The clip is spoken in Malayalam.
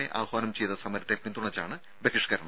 എ ആഹ്വാനം ചെയ്ത സമരത്തെ പിന്തുണച്ചാണ് ബഹിഷ്ക്കരണം